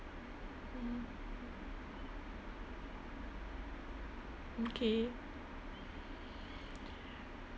mm okay